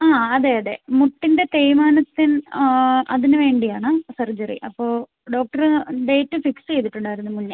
ആ അതെ അതെ മുട്ടിൻ്റെ തേയ്മാനത്തിന് അതിന് വേണ്ടി ആണ് സർജറി അപ്പോൾ ഡോക്ടറ് ഡേറ്റ് ഫിക്സ് ചെയ്തിട്ടുണ്ടായിരുന്നു മുന്നെ